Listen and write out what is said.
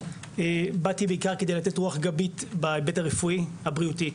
באתי בעיקר כדי לתת רוח גבית בהיבט הרפואי הבריאותי.